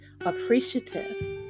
appreciative